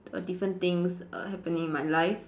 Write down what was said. different things err happening in my life